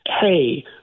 hey